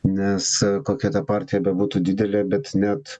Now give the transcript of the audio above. nes kokia ta partija bebūtų didelė bet net